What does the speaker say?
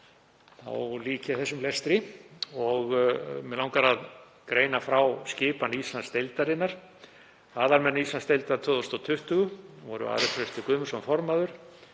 Lík ég þá þessum lestri. Mig langar að greina frá skipan Íslandsdeildarinnar. Aðalmenn Íslandsdeildar 2020 voru Ari Trausti Guðmundsson formaður,